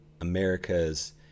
America's